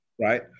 right